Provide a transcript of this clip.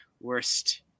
worst